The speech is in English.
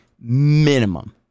minimum